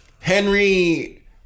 Henry